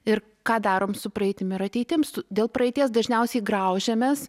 ir ką darom su praeitim ir ateitim dėl praeities dažniausiai graužiamės